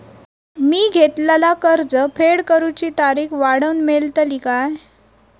मी घेतलाला कर्ज फेड करूची तारिक वाढवन मेलतली काय?